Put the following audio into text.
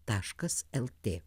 taškas lt